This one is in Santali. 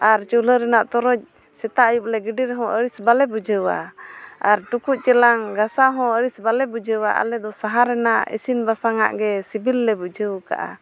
ᱟᱨ ᱪᱩᱞᱦᱟᱹ ᱨᱮᱱᱟᱜ ᱛᱚᱨᱚᱡ ᱥᱮᱛᱟᱜ ᱟᱹᱭᱩᱵᱽᱼᱞᱮ ᱜᱤᱰᱤ ᱨᱮᱦᱚᱸ ᱟᱹᱲᱤᱥ ᱵᱟᱝᱞᱮ ᱵᱩᱡᱷᱟᱹᱣᱟ ᱟᱨ ᱴᱩᱠᱩᱡ ᱪᱮᱞᱟᱝ ᱜᱟᱥᱟᱣ ᱦᱚᱸ ᱟᱹᱲᱤᱥ ᱵᱟᱝᱞᱮ ᱵᱩᱡᱷᱟᱹᱣᱟ ᱟᱞᱮᱫᱚ ᱥᱟᱦᱟᱱ ᱨᱮᱭᱟᱜ ᱤᱥᱤᱱ ᱵᱟᱥᱟᱝᱼᱟᱜ ᱜᱮ ᱥᱤᱵᱤᱞᱼᱞᱮ ᱵᱩᱡᱷᱟᱹᱣ ᱠᱟᱜᱼᱟ